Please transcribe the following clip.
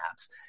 apps